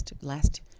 last